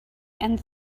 and